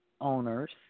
owners